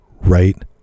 right